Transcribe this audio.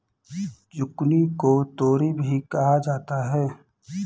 zucchini को तोरी भी कहा जाता है